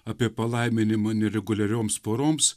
apie palaiminimą nereguliarioms poroms